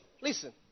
listen